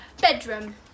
Bedroom